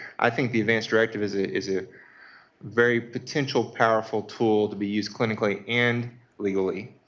i think the advance directive is ah is a very potential powerful tool to be used clinically and legally.